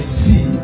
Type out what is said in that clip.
see